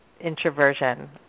introversion